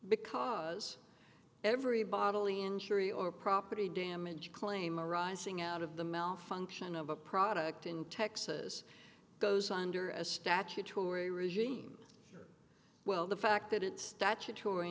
because every bodily injury or property damage claim arising out of the malfunction of a product in texas goes under a statutory regime well the fact that it's statutory